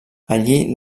allí